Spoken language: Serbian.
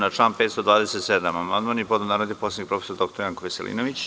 Na član 527. amandman je podneo narodni poslanik prof. dr Janko Veselinović.